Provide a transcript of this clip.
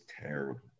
terrible